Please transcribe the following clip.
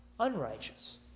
unrighteous